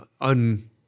un